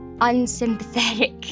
unsympathetic